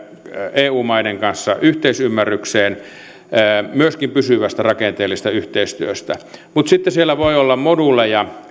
eu maiden kanssa yhteisymmärrykseen myöskin pysyvästä rakenteellisesta yhteistyöstä mutta sitten tämän sisällä voi olla moduuleja